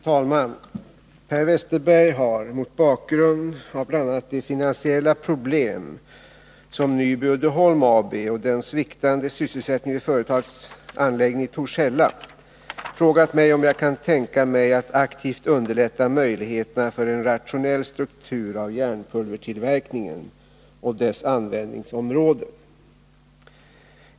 Fru talman! Per Westerberg har — mot bakgrund av bl.a. de finansiella problemen inom Nyby Uddeholm AB och den sviktande sysselsättningen vid företagets anläggning i Torshälla — frågat mig om jag kan tänka mig att aktivt underlätta möjligheterna för en rationell struktur av järnpulvertillverkningen och dess användningsområden.